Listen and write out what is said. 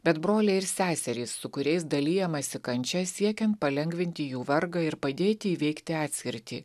bet broliai ir seserys su kuriais dalijamasi kančia siekiant palengvinti jų vargą ir padėti įveikti atskirtį